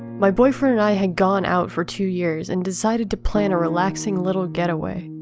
my boyfriend and i had gone out for two years and decided to plan a relaxing little getaway.